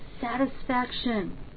satisfaction